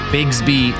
Bigsby